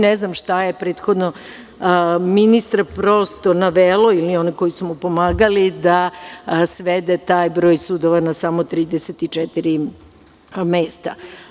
Ne znam šta je prethodno ministra navelo, ili one koji su mu pomagali, da svede taj broj sudova na samo 34 mesta.